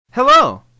Hello